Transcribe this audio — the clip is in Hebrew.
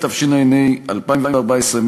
התשנ"ה 2014,